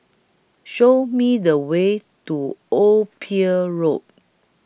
Show Me The Way to Old Pier Road